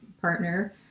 partner